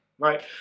Right